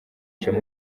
ishema